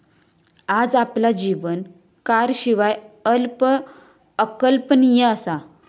आज आपला जीवन कारशिवाय अकल्पनीय असा